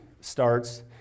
starts